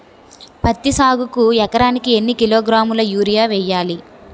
పత్తి సాగుకు ఎకరానికి ఎన్నికిలోగ్రాములా యూరియా వెయ్యాలి?